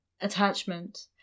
attachment